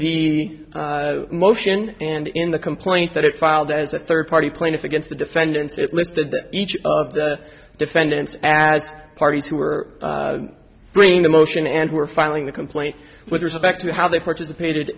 the motion and in the complaint that it filed as a third party plaintiff against the defendants listed that each of the defendants as parties who are bringing the motion and were filing the complaint with respect to how they participated